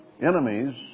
enemies